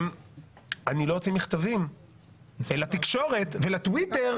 אני לא אוציא מכתבים לתקשורת ולטוויטר